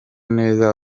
neza